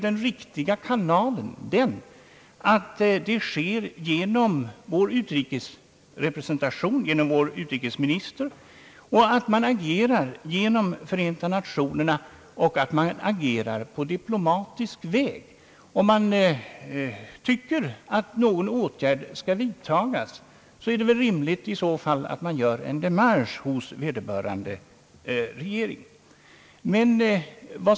Den riktiga kanalen är att vårt allmänpolitiska agerande sker genom vår utrikesrepresentation och genom vår utrikesminister och att man agerar genom Förenta Nationerna och på diplomatisk väg. Om det anses att någon åtgärd bör vidtagas, är det väl rimligt att det görs en demarsch hos vederbörande regering.